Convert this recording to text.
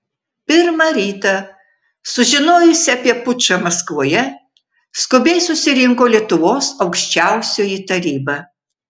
pirmą rytą sužinojusi apie pučą maskvoje skubiai susirinko lietuvos aukščiausioji taryba